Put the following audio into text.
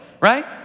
right